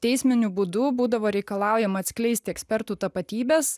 teisminiu būdu būdavo reikalaujama atskleisti ekspertų tapatybes